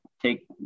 take